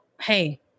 hey